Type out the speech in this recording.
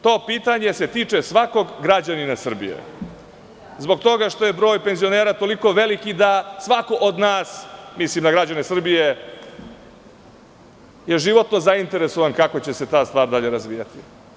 To pitanje se tiče svakog građanina ove Srbije, zbog toga što je broj penzionera tako veliki, i svako od nas, mislim na građane Srbije, životno je zainteresovan, kako će se ta stvar dalje razvijati.